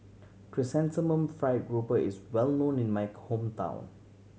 Chrysanthemum Fried Grouper is well known in my hometown